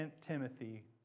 Timothy